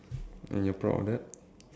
and you're proud of that